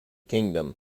kingdom